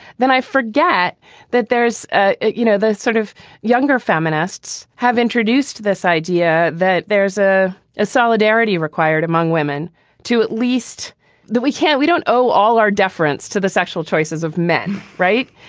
then i forget that there's, ah you know, the sort of younger feminists have introduced this idea that there's a ah solidarity required among women to at least that we can't we don't owe all our deference to the sexual choices of men right.